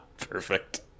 Perfect